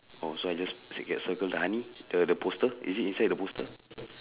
oh so I just circl~ circle the honey the the poster is it inside the poster